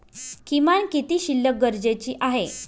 किमान किती शिल्लक गरजेची आहे?